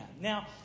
Now